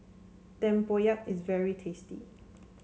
Tempoyak is very tasty